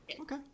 Okay